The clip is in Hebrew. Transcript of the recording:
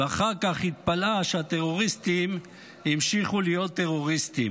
ואחר כך התפלאה שהטרוריסטים המשיכו להיות טרוריסטים.